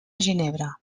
ginebra